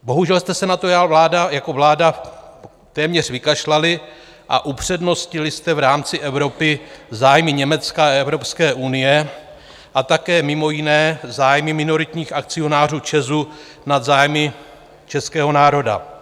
Bohužel jste se na to ale jako vláda téměř vykašlali a upřednostnili jste v rámci Evropy zájmy Německa a Evropské unie a také mimo jiné zájmy minoritních akcionářů ČEZ nad zájmy českého národa.